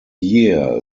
year